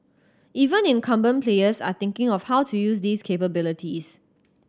even incumbent players are thinking of how to use these capabilities